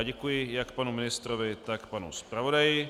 Děkuji jak panu ministrovi, tak panu zpravodaji.